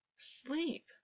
Sleep